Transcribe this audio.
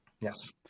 Yes